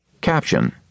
Caption